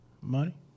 Money